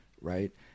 right